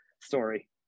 story